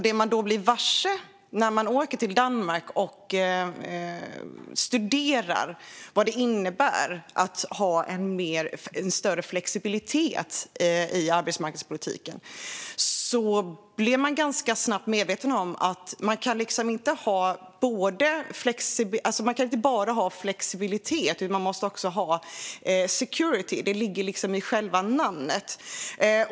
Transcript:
Det man blir varse när man åker till Danmark och studerar vad det innebär att ha större flexibilitet i arbetsmarknadspolitiken är att man inte bara kan ha flexibilitet utan att man också måste ha security. Det ligger liksom i själva namnet.